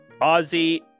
Ozzy